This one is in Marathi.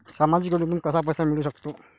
सामाजिक योजनेतून कसा पैसा मिळू सकतो?